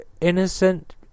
innocent